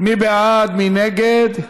מי בעד, מי נגד?